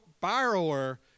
borrower